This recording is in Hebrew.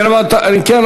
אם כן,